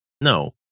No